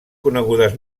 conegudes